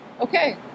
okay